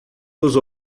dos